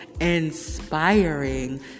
inspiring